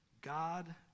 God